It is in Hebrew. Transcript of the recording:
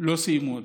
לא סיימו אותו.